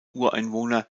ureinwohner